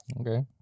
Okay